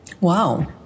Wow